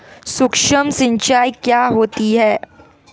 सुक्ष्म सिंचाई क्या होती है?